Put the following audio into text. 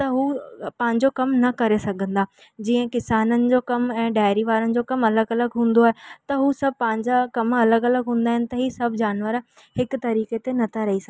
त हू पंहिंजो कमु न करे सघंदा जीअं किसाननि जो कमु ऐं डेयरी वारनि जो कमु अलॻि अलॻि हूंदो आहे त हू सभु पंहिंजा कम अलॻि अलॻि हूंदा आहिनि त ही सभु जानवर हिकु तरीक़े ते न था रही सघनि